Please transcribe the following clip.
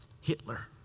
Hitler